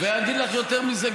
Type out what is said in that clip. ואגיד לך יותר מזה,